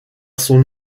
son